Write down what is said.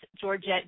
Georgette